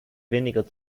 weniger